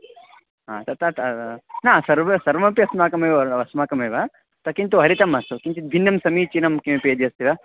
हा तदा ता न सर्वे सर्वमपि अस्माकमेव वर् अस्माकमेव त किन्तु हरितम् अस्तु किञ्चित् भिन्नं समीचीनं किमपि यदि अस्ति वा